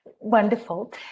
wonderful